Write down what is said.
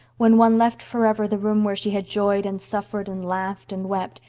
when one left forever the room where she had joyed and suffered and laughed and wept,